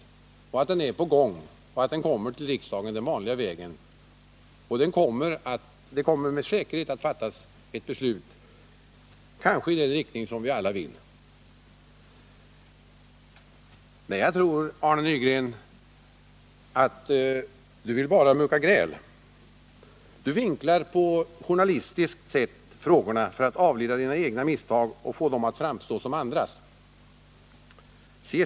Han vet att den är under behandling och att förslag kommer till riksdagen den vanliga vägen. Det kommer också med säkerhet att fattas ett beslut — kanske i den riktning vi alla vill. Jag tror, Arne Nygren, att du bara vill mucka gräl. Du vinklar på journalistiskt sätt frågorna för att avleda dina egna misstag och få dem att framstå som andras!